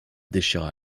déchira